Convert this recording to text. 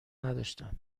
نداشتم